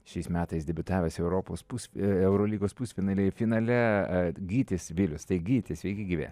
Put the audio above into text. šiais metais debiutavęs europos pus eurolygos pusfinalyje finale gytis vilius tai gyti sveiki gyvi